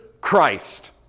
Christ